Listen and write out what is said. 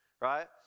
Right